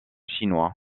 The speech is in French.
chinois